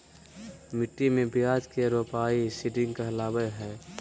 मिट्टी मे बीज के रोपाई सीडिंग कहलावय हय